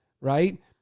right